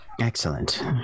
excellent